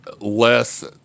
less